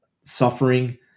Suffering